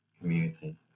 community